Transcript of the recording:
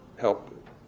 help